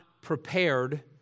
Prepared